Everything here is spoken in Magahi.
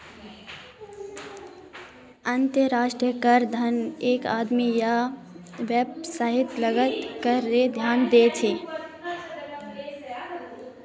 अंतर्राष्ट्रीय कराधन एक आदमी या वैवसायेत लगाल करेर अध्यन छे